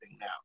now